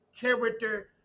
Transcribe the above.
character